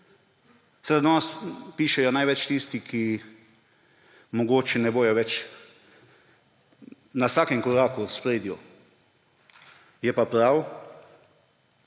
danes pišejo največ tisti, ki mogoče ne bodo več na vsakem koraku v ospredju, je pa prav,